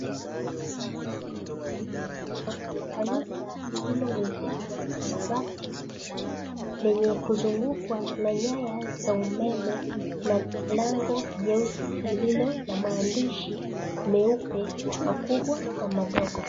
La kanisa lililoezekwa mabati lenye kuzungukwa na nyaya za umeme na lango jeusi lililo na maandishi meupe, makubwa na madogo.